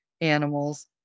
animals